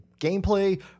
gameplay